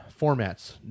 Formats